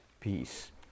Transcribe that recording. peace